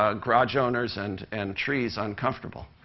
ah garage owners and and trees uncomfortable.